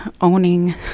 owning